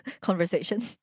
conversation